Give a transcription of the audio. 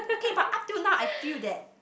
okay but up to now I feel that